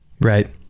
Right